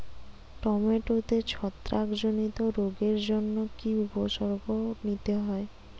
টমেটোতে ছত্রাক জনিত রোগের জন্য কি উপসর্গ নিতে হয়?